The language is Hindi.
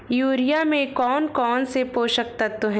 यूरिया में कौन कौन से पोषक तत्व है?